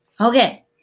Okay